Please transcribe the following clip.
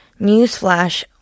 Newsflash